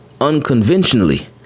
unconventionally